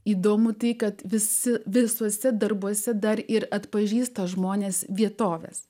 įdomu tai kad visi visuose darbuose dar ir atpažįsta žmones vietoves